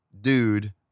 dude